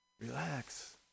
relax